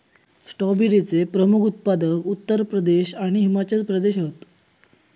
स्ट्रॉबेरीचे प्रमुख उत्पादक उत्तर प्रदेश आणि हिमाचल प्रदेश हत